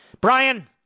Brian